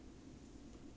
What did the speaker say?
nothing